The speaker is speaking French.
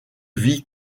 vie